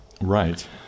Right